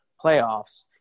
playoffs